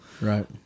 right